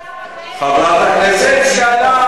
עם אמא ואבא כאלה, חברת הכנסת נינו.